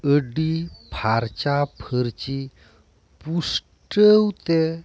ᱟᱹᱰᱤ ᱯᱷᱟᱨᱪᱟ ᱯᱷᱟᱹᱨᱪᱤ ᱯᱩᱥᱴᱟᱹᱣ ᱛᱮ